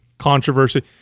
Controversy